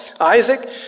Isaac